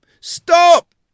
Stop